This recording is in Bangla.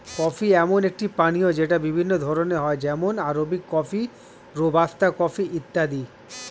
কফি এমন একটি পানীয় যেটা বিভিন্ন ধরণের হয় যেমন আরবিক কফি, রোবাস্তা কফি ইত্যাদি